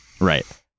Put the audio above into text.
Right